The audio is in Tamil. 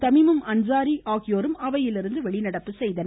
தமிமுன் அன்சாரி ஆகியோரும் அவையிலிருந்து வெளிநடப்பு செய்தனர்